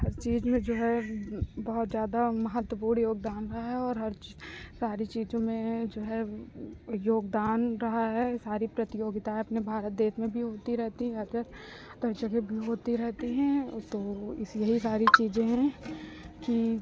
हर चीज में जो है बहुत ज़्यादा महत्वपूर्ण योगदान है और हर चीज सारी चीज़ों में जो है योगदान रहा है सारी प्रतियोगिताएं अपने भारत देश में भी होती रहती है अगर भी होती रहती है तो इस यही सारी चीज़ें हैं कि